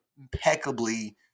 impeccably